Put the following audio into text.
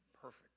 Perfect